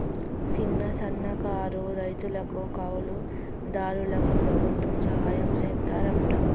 సిన్న, సన్నకారు రైతులకు, కౌలు దారులకు ప్రభుత్వం సహాయం సెత్తాదంట